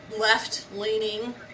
left-leaning